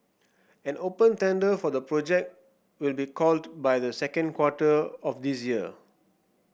an open tender for the project will be called by the second quarter of this year